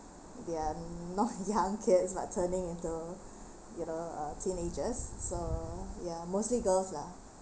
they are not young kids but turning into you know uh teenager so ya mostly girl lah